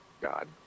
God